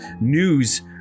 News